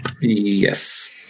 Yes